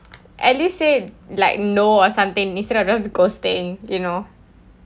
at least say like no or something instead of just ghosting you know